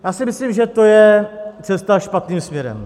Já si myslím, že to je cesta špatným směrem.